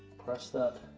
press that